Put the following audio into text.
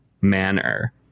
manner